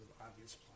obvious